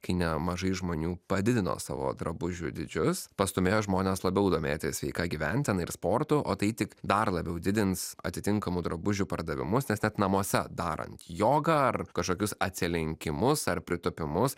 kai nemažai žmonių padidino savo drabužių dydžius pastūmėjo žmones labiau domėtis sveika gyvensena ir sportu o tai tik dar labiau didins atitinkamų drabužių pardavimus nes net namuose darant jogą ar kažkokius atsilenkimus ar pritūpimus